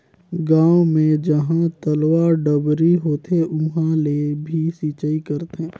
गांव मे जहां तलवा, डबरी होथे उहां ले भी सिचई करथे